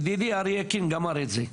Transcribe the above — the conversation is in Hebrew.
ידידי אריה קינג אמר את זה,